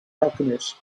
alchemist